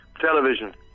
Television